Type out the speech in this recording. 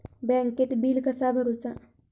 बँकेत बिल कसा भरुचा?